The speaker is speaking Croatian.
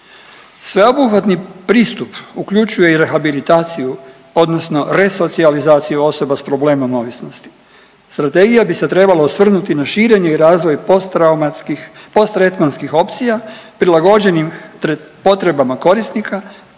Sveobuhvatni pristup uključuje i rehabilitaciju odnosno resocijalizaciju osoba s problemom ovisnosti. Strategija bi se trebala osvrnuti na širenje i razvoj posttraumatskih, posttretmanskih opcija prilagođenim potrebama korisnika,